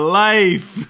life